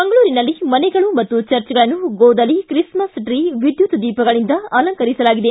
ಮಂಗಳೂರಿನಲ್ಲಿ ಮನೆಗಳು ಹಾಗೂ ಚರ್ಚ್ಗಳನ್ನು ಗೋದಲಿ ತ್ರಿಸ್ಮಸ್ ಟ್ರೀ ವಿದ್ಯುತ್ ದೀಪಗಳಿಂದ ಅಲಂಕರಿಸಲಾಗಿದೆ